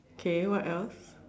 K what else